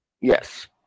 Yes